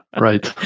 Right